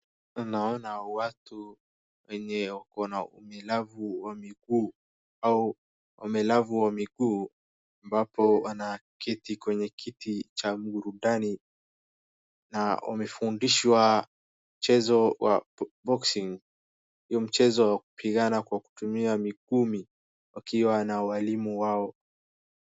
naona watu wenye wakona ulemavu wa mguu ambapo wanaketi kwenye kiti cha magurudumu na wanafunzwa mchezo wa kupigana kwa kutumia mingumi wakiwa na waalimu wao